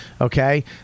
okay